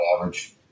average